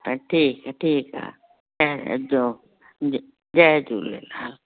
हा ठीकु है ठीकु आहे जो जय झूलेलाल